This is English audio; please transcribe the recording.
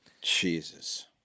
Jesus